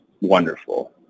wonderful